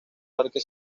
parque